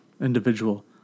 individual